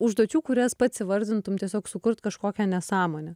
užduočių kurias pats įvardintum tiesiog sukurt kažkokią nesąmonę